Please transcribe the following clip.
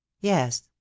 Yes